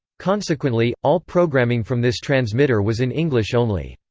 consequently, all programming from this transmitter was in english only.